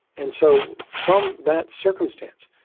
and so from that circumstance,